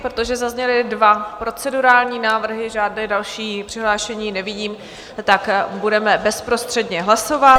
Protože zazněly dva procedurální návrhy, žádné další přihlášené nevidím, budeme bezprostředně hlasovat.